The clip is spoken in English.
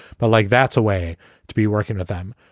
but like that's a way to be working with them.